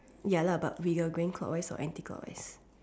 ya lah but we are going clockwise or anti clockwise